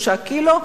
3 קילו.